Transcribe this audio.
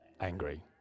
angry